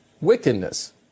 wickedness